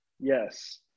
Yes